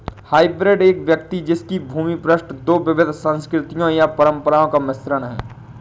hybrid एक व्यक्ति जिसकी पृष्ठभूमि दो विविध संस्कृतियों या परंपराओं का मिश्रण है